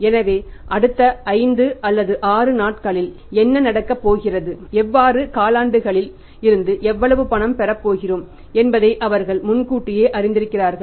எனவே அடுத்த 5 அல்லது 6 நாட்களில் என்ன நடக்கப் போகிறது வெவ்வேறு காலாண்டுகளில் இருந்து எவ்வளவு பணம் பெறப் போகிறோம் என்பதை அவர்கள் முன்கூட்டியே அறிந்திருக்கிறார்கள்